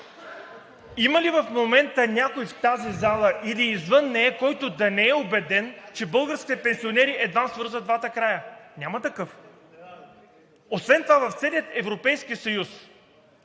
Има ли в момента някой в тази зала или извън нея, който да не е убеден, че българските пенсионери едвам свързват двата края – няма такъв. Освен това в целия Европейския съюз